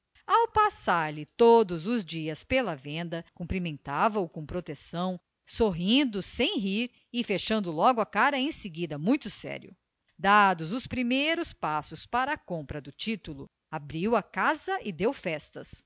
ao passar-lhe todos os dias pela venda cumprimentava o com proteção sorrindo sem rir e fechando logo a cara em seguida muito sério dados os primeiros passos para a compra do titulo abriu a casa e deu festas